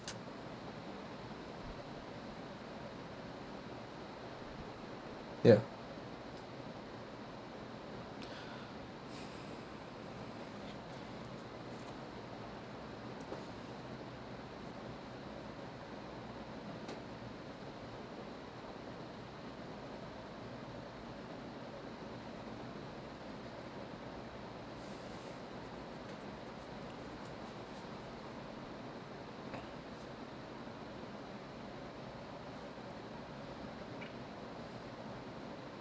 ya